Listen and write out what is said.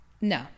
No